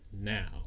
now